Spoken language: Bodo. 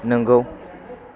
नंगौ